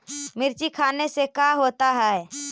मिर्ची खाने से का होता है?